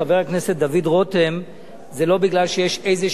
זה לא מפני שיש איזו הווה אמינא שאנחנו צריכים להתייחס.